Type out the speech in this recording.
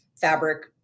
fabric